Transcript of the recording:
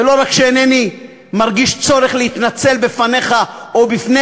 ולא רק שאינני מרגיש צורך להתנצל בפניך או בפני